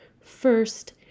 First